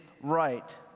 right